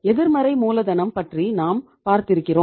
எதிர்மறை மூலதனம் பற்றி நாம் பார்த்திருக்கிறோம்